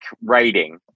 writing